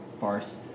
farce